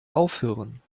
aufhören